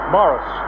Morris